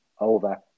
Over